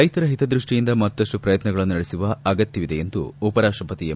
ರೈತರ ಹಿತದೃಷ್ಟಿಯಿಂದ ಮತ್ತಷ್ಟು ಪ್ರಯತ್ನಗಳನ್ನು ನಡೆಸುವ ಅಗತ್ತವಿದೆ ಎಂದು ಉಪ ರಾಷ್ಟಪತಿ ಎಂ